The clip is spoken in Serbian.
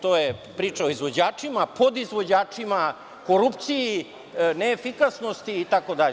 To je priča o izvođačima, podizvođačima, korupciji, neefikasnosti i tako dalje.